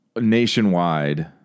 nationwide